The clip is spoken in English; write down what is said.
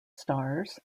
stars